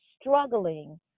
struggling